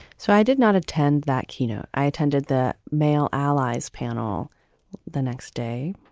so i did not attend that keynote. i attended that male allies panel the next day.